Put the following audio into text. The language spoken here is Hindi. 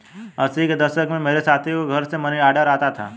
अस्सी के दशक में मेरे साथी को घर से मनीऑर्डर आता था